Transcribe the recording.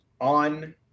on